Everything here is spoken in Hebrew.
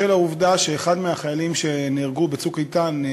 בשל העובדה שאחד מהחיילים שנהרגו ב"צוק איתן",